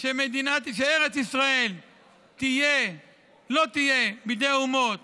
שארץ ישראל לא תהיה בידי האומות